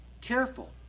careful